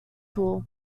tool